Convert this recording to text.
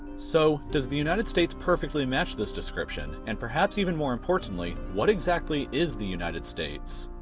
so does the united states perfectly match this description? and, perhaps even more importantly, what exactly is the united states?